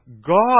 God